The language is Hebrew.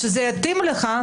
כשהתאים לך,